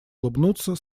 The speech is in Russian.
улыбнуться